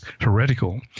heretical